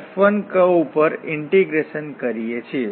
F1 curve ઉપર integration કરીયે છીએ